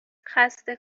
خسته